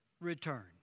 return